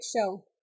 show